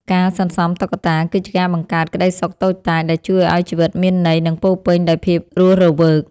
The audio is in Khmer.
ការសន្សំតុក្កតា គឺជាការបង្កើតក្ដីសុខតូចតាច ដែលជួយឱ្យជីវិតមានន័យ និងពោរពេញដោយភាពរស់រវើក។